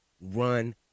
run